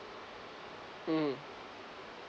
mm